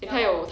ya lor